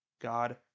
God